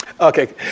Okay